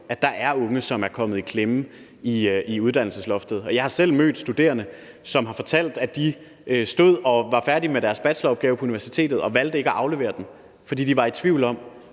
at der er unge, som er kommet i klemme i uddannelsesloftet. Jeg har selv mødt studerende, som har fortalt, at de stod og var færdige med deres bacheloropgave på universitetet og valgte ikke at aflevere den, fordi de var i tvivl om,